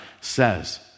says